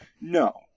No